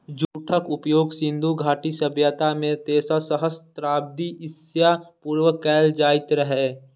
जूटक उपयोग सिंधु घाटी सभ्यता मे तेसर सहस्त्राब्दी ईसा पूर्व कैल जाइत रहै